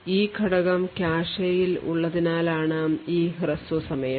ഈ ഘടകം കാഷെയിൽ ഉള്ളതിനാലാണ് ഈ ഹ്രസ്വ സമയം